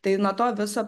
tai nuo to viso